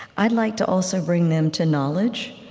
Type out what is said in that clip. i'd like to also bring them to knowledge.